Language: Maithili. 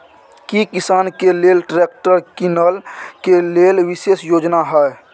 की किसान के लेल ट्रैक्टर कीनय के लेल विशेष योजना हय?